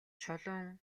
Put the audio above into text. чулуун